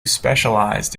specialized